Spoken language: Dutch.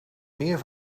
meer